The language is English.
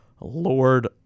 Lord